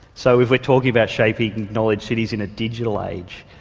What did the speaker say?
so if we're talking about shaping knowledge cities in a digital age,